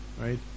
right